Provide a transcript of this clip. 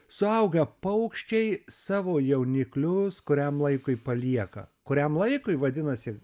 suaugę paukščiai savo jauniklius kuriam laikui palieka kuriam laikui vadinasi